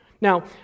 Now